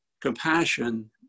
compassion